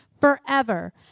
forever